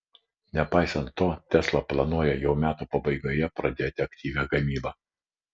nepaisant to tesla planuoja jau metų pabaigoje pradėti aktyvią gamybą